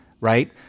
right